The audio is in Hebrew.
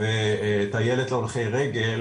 וטיילת להולכי רגל,